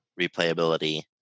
replayability